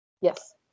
Yes